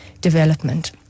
development